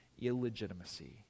illegitimacy